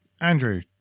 Andrew